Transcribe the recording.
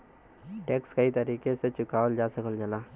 tax कई तरीके से चुकावल जा सकल जाला